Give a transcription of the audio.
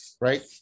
right